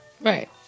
right